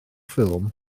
ffilm